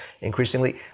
increasingly